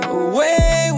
away